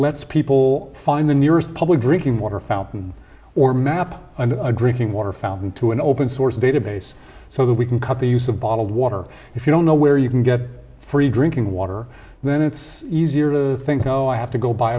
lets people find the nearest public drinking water fountain or map and drinking water fountain to an open source database so that we can cut the use of bottled water if you don't know where you can get free drinking water then it's easier to think oh i have to go buy